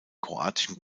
kroatischen